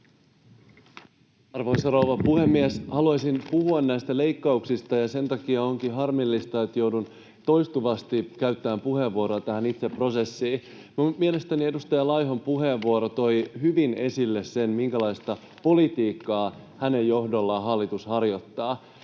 Arvoisa rouva puhemies! Haluaisin puhua näistä leikkauksista, ja sen takia onkin harmillista, että joudun toistuvasti käyttämään puheenvuoroja tähän itse prosessiin. Minun mielestäni edustaja Laihon puheenvuoro toi hyvin esille sen, minkälaista politiikkaa hänen johdollaan hallitus harjoittaa.